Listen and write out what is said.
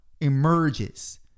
emerges